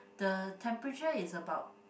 the temperature is about